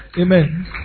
Amen